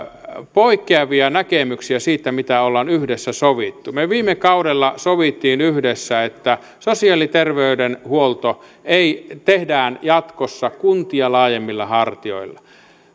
poikkeavia näkemyksiä siitä mitä ollaan yhdessä sovittu me viime kaudella sovimme yhdessä että sosiaali ja terveydenhuolto tehdään jatkossa kuntia laajemmilla hartioilla